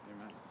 Amen